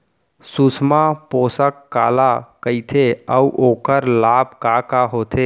सुषमा पोसक काला कइथे अऊ ओखर लाभ का का होथे?